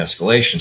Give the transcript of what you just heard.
escalation